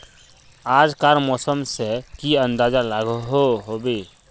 आज कार मौसम से की अंदाज लागोहो होबे?